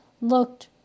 looked